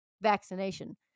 vaccination